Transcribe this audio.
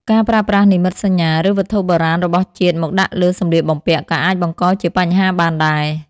ការប្រើប្រាស់និមិត្តសញ្ញាឬវត្ថុបុរាណរបស់ជាតិមកដាក់លើសម្លៀកបំពាក់ក៏អាចបង្កជាបញ្ហាបានដែរ។